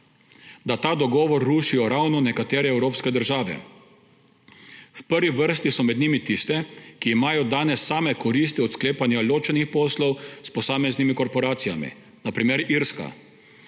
da ta dogovor rušijo ravno nekatere evropske države. V prvi vrsti so med njimi tiste, ki imajo danes same koristi od sklepanja ločenih poslov s posameznimi korporacijami, na primer Irska.